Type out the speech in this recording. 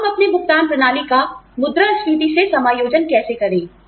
हम अपनी भुगतान प्रणाली का मुद्रास्फीति से समायोजन कैसे करें